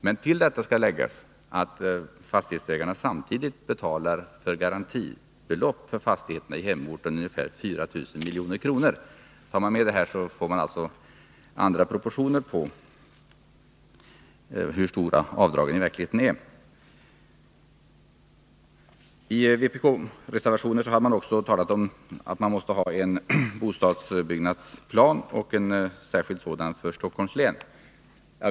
Men till detta skall läggas att fastighetsägarna samtidigt betalar garantiskatt på ungefär 4 000 milj.kr. Räknar man med detta får man andra proportioner på hur stora avdragen är i verkligheten. I vpk-reservationen har man också talat om att vi måste ha en bostadsbyggnadsplan och en särskild sådan för Stockholms län.